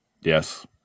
Yes